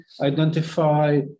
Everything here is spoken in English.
identify